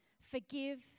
forgive